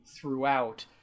throughout